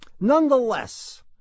Nonetheless